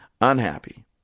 unhappy